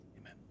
Amen